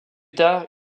tard